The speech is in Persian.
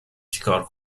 چیکار